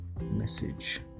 message